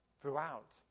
throughout